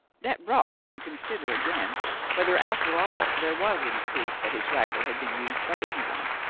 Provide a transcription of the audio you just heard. that brought me to consider again whether after all there was any proof that his rifle had been used by anyone.